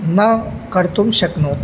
न कर्तुं शक्नोति